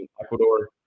Ecuador